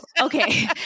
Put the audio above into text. Okay